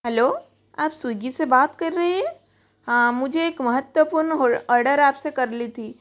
hello आप Swiggy से बात कर रहे है हाँ मुझे एक महत्वपूर्ण ऑडर आपसे करली थी